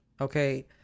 okay